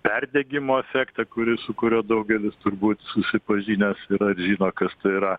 perdegimo sekta kuri su kuria daugelis turbūt susipažinęs ir žino kas tai yra